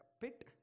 pit